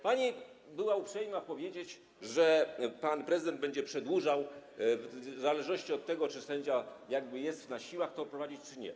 Pani była uprzejma powiedzieć, że pan prezydent będzie przedłużał w zależności od tego, czy sędzia jest na siłach to prowadzić, czy nie.